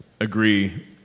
agree